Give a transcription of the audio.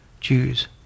Jews